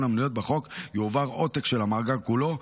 המנויות בחוק יועבר עותק של המאגר כולו,